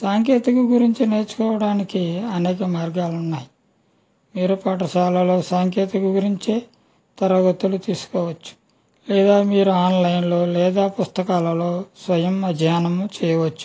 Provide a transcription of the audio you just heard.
సాంకేతికత గురించి నేర్చుకోవడానికి అనేక మార్గాలు ఉన్నాయి మీరు పాఠశాలలో సాంకేతికత గురించి తరగతులు తీసుకోవచ్చు లేదా మీరు ఆన్లైన్లో లేదా పుస్తకాలలో స్వయం అధ్యయనం చేయవచ్చు